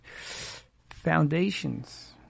foundations